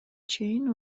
чейин